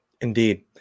indeed